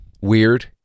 weird